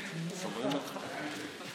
כנסת נכבדה, התפילה שלך, הילה,